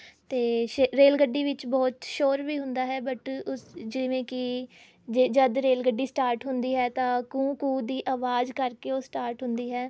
ਅਤੇ ਸ਼ੇ ਰੇਲ ਗੱਡੀ ਵਿੱਚ ਬਹੁਤ ਸ਼ੋਰ ਵੀ ਹੁੰਦਾ ਹੈ ਬਟ ਉਸ ਜਿਵੇਂ ਕਿ ਜੇ ਜਦ ਰੇਲ ਗੱਡੀ ਸਟਾਰਟ ਹੁੰਦੀ ਹੈ ਤਾਂ ਕੂੰ ਕੂੰ ਦੀ ਆਵਾਜ਼ ਕਰ ਕੇ ਉਹ ਸਟਾਰਟ ਹੁੰਦੀ ਹੈ